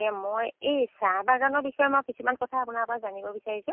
যে মই চাহ বাগানৰ বিষয়ে কিছুমান কথা আপোনাৰ পৰা জানিব বিচাৰিছো